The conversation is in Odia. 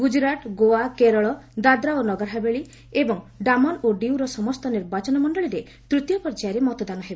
ଗୁଜୁରାଟ ଗୋଆ କେରଳ ଦାଦ୍ରା ଓ ନଗରହାବେଳୀ ଏବଂ ଦାମନ ଓ ଡିଉର ସମସ୍ତ ନିର୍ବାଚନମଣ୍ଡଳୀରେ ତୃତୀୟ ପର୍ଯ୍ୟାୟରେ ମତଦାନ ହେବ